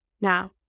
now